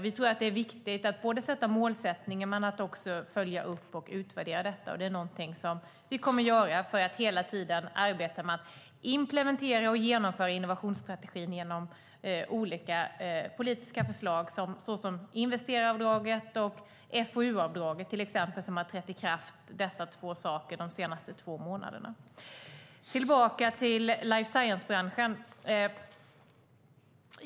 Vi tror att det är viktigt att sätta mål men också att följa upp och utvärdera detta. Det är någonting som vi kommer att göra för att hela tiden arbeta med att implementera och genomföra innovationsstrategin genom olika politiska förslag, till exempel investeraravdraget och FoU-avdraget. Dessa två saker har trätt i kraft de senaste två månaderna. Jag ska gå tillbaka till life science-branschen.